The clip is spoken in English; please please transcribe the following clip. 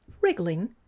wriggling